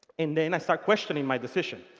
and then i start questioning my decision.